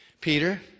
Peter